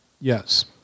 Yes